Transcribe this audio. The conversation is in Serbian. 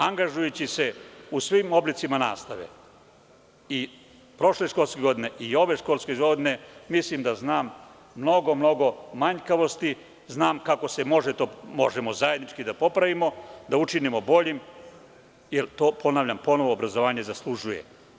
Angažujući se u svim oblicima nastave, i prošle školske godine i ove školske godine, mislim da znam mnogo, mnogo manjkavosti, znam kako se to može popraviti, možemo to zajednički da popravimo, da učinimo boljim, jer, opet ponavljam, to obrazovanje zaslužuje.